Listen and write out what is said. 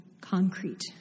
concrete